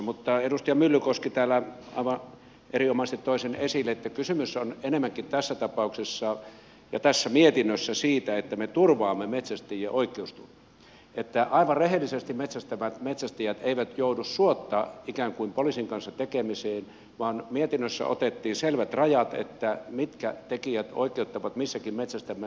mutta edustaja myllykoski täällä aivan erinomaisesti toi esille sen että kysymys on enemmänkin tässä tapauksessa ja tässä mietinnössä siitä että me turvaamme metsästäjien oikeusturvaa että aivan rehelliset metsästäjät eivät joudu ikään kuin suotta poliisin kanssa tekemisiin mietinnössä otettiin selvät rajat mitkä tekijät oikeuttavat missäkin metsästämään